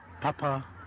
Papa